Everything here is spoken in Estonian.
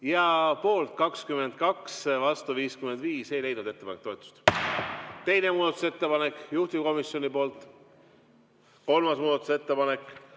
Poolt 22, vastu 55. Ei leidnud ettepanek toetust. Teine muudatusettepanek, juhtivkomisjonilt, kolmas muudatusettepanek,